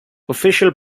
official